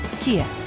Kia